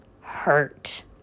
hurt